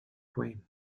twain